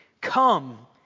Come